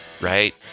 right